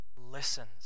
listens